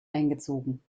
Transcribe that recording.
eingezogen